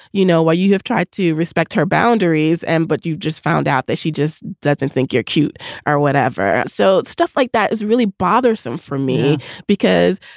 you know why you have tried to respect her boundaries and but you've just found out that she just doesn't think you're cute or whatever. so stuff like that is really bothersome for me because,